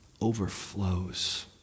overflows